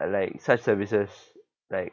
like such services like